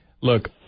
Look